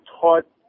taught